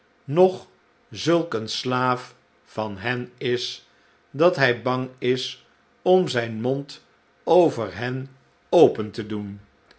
nog zulk een slaaf van hen is dat hij bang is om zijn mond over hen open te doen